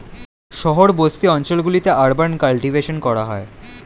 শহর বসতি অঞ্চল গুলিতে আরবান কাল্টিভেশন করা হয়